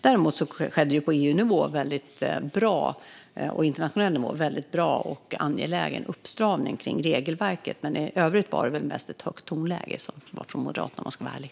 Däremot skedde på EU-nivå och på internationell nivå en bra och angelägen uppstramning av regelverket. Men i övrigt var det mest ett högt tonläge från Moderaterna, om jag ska vara ärlig.